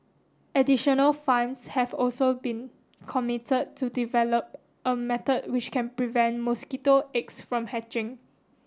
additional funds have also been committed to develop a method which can prevent mosquito eggs from hatching